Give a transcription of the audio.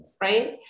right